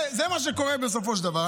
זה מה שקורה בסופו של דבר.